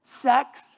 Sex